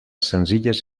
senzilles